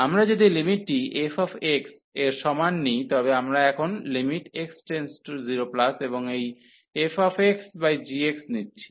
আমরা যদি লিমিটটি f এর সমান নিই তবে আমরা এখন x→0 এবং এই fxgx নিচ্ছি